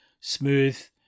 smooth